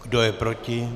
Kdo je proti?